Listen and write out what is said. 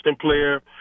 player